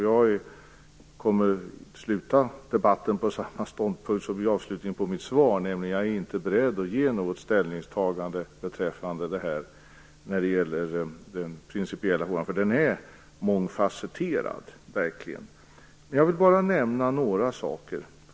Jag kommer att avsluta debatten med samma ståndpunkt som jag gav uttryck för i slutet av mitt svar, nämligen att jag inte är beredd att redovisa något ställningstagande beträffande den principiella frågan, eftersom den verkligen är mångfacetterad. Jag vill bara nämna några saker.